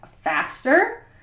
faster